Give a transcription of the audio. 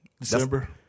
December